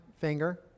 finger